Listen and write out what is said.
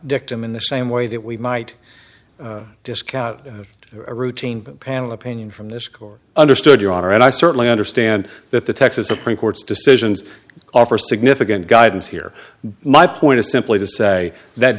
dictum in the same way that we might discount a routine panel opinion from this court understood your honor and i certainly understand that the texas supreme court's decisions offer significant guidance here my point is simply to say that